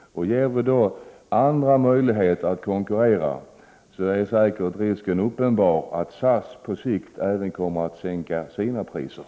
Ger vi då andra flygbolag möjlighet att konkurrera med SAS blir risken säkert uppenbar att även SAS på sikt kommer att sänka sina priser.